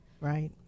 right